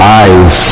eyes